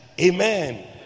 Amen